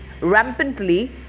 rampantly